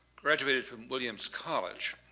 graduated from williams college.